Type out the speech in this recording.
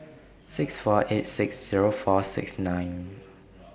six four eight six Zero four six nine